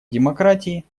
демократии